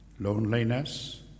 Loneliness